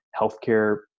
healthcare